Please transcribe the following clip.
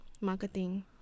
marketing